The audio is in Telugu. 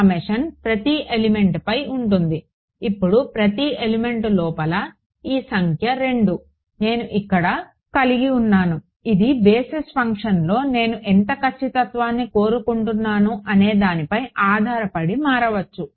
సమ్మేషన్ ప్రతి ఎలిమెంట్పై ఉంది ఇప్పుడు ప్రతి ఎలిమెంట్ లోపల ఈ సంఖ్య 2 నేను ఇక్కడ కలిగి ఉన్నాను ఇది బేసిస్ ఫంక్షన్లో నేను ఎంత ఖచ్చితత్వాన్ని కోరుకుంటున్నాను అనేదానిపై ఆధారపడి మారవచ్చు